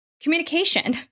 communication